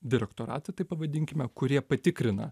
direktoratą taip pavadinkime kurie patikrina